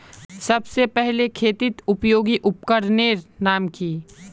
सबसे पहले खेतीत उपयोगी उपकरनेर नाम की?